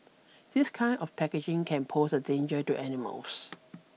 this kind of packaging can pose a danger to animals